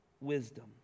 wisdom